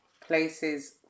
places